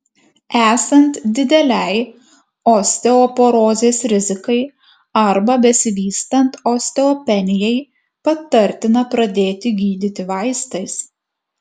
esant didelei osteoporozės rizikai arba besivystant osteopenijai patartina pradėti gydyti vaistais